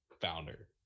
founder